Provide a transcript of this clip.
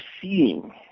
seeing